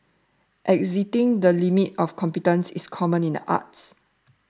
exceeding the limits of competence is common in the arts